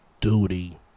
duty